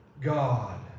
God